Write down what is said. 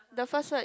the first word